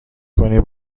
کنی